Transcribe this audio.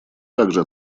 также